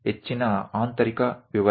આ engineering drawing નો એક ભાગ છે